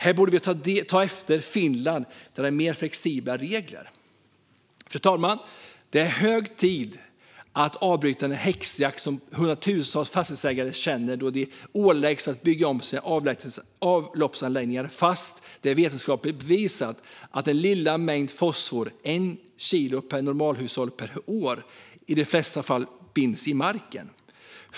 Här borde vi ta efter Finland där de har mer flexibla regler. Fru talman! Det är hög tid att avbryta den häxjakt som hundratusentals fastighetsägare upplever då de åläggs att bygga om sina avloppsanläggningar fastän det är vetenskapligt bevisat att den lilla mängd fosfor - ett kilo från ett normalhushåll per år - i de flesta fall binds i marken.